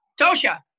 Tosha